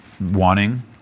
wanting